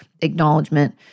acknowledgement